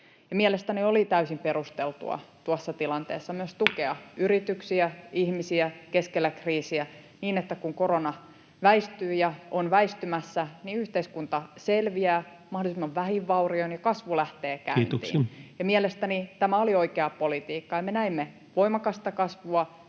Mielestäni oli täysin perusteltua tuossa tilanteessa myös tukea yrityksiä, ihmisiä keskellä kriisiä niin, että kun korona väistyy ja on väistymässä, niin yhteiskunta selviää mahdollisimman vähin vaurioin ja kasvu lähtee käyntiin. [Puhemies huomauttaa ajasta] Mielestäni tämä oli oikeaa politiikkaa, ja me näimme voimakasta kasvua,